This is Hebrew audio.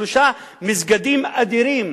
שלושה מסגדים אדירים,